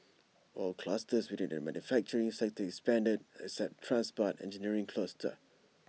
all clusters within the manufacturing sector expanded except the transport engineering cluster